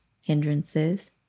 hindrances